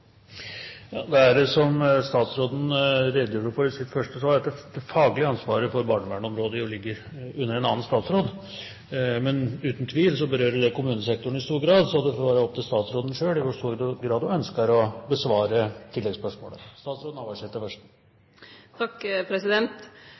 Som statsråden redegjorde for i sitt første svar, ligger det faglige ansvaret for barnevernsområdet under en annen statsråd. Men uten tvil berører det kommunesektoren i stor grad, så det får være opp til statsråden selv i hvor stor grad hun ønsker å besvare tilleggsspørsmålet.